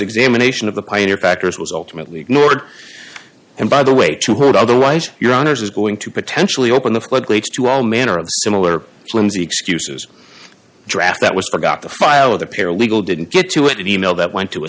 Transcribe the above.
examination of the pioneer factors was ultimately ignored and by the way to hold otherwise your honour's is going to potentially open the floodgates to all manner of similar flimsy excuses draft that was forgot the file of the paralegal didn't get to an e mail that went to a